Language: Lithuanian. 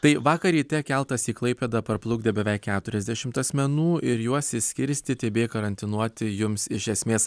tai vakar ryte keltas į klaipėdą parplukdė beveik keturiasdešimt asmenų ir juos išskirstyti bei karantinuoti jums iš esmės